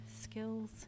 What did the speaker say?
skills